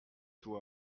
toi